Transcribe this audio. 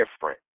different